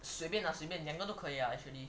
随便 lah 随便两个都可以 lah actually